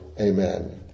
Amen